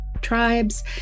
tribes